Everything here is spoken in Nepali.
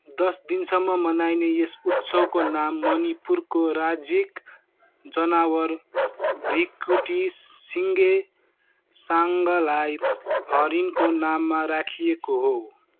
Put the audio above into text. दस दिनसम्म मनाइने यस उत्सवको नाम मणिपुरको राज्यिक जनावर भृकुटि सिस्स् सिँगे साङ्गलाई हरिणको नाममा राखिएको हो